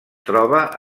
troba